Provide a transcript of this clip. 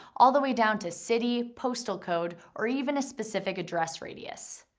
all the way down to city, postal code, or even a specific address radius.